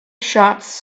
shots